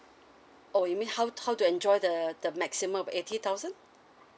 oh you mean how how to enjoy the the maximum of eighty thousand